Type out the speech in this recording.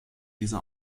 diese